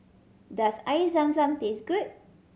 does Air Zam Zam taste good